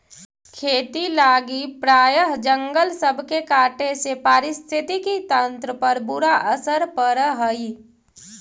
खेती लागी प्रायह जंगल सब के काटे से पारिस्थितिकी तंत्र पर बुरा असर पड़ हई